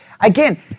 Again